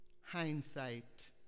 Hindsight